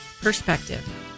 Perspective